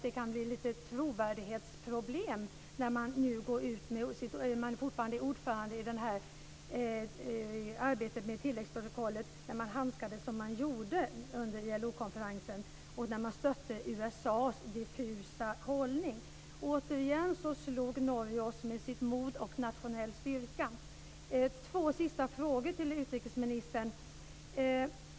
Det kan bli trovärdighetsproblem för Sverige, som fortfarande är ordförande i arbetet med tilläggsprotokollet, när man handskades som man gjorde under ILO-konferensen och stödde USA:s diffusa hållning. Återigen slog Norge oss med sitt mod och sin nationella styrka. Jag har ytterligare två frågor till utrikesministern.